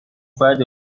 فردی